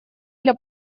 для